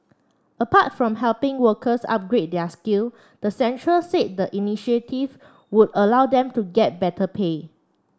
apart from helping workers upgrade their skill the centre said the initiative would allow them to get better pay